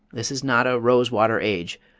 this is not a rose water age,